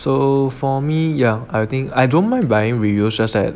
so for me yeah I think I don't mind buying reused just that